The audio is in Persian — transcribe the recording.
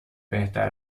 بهتر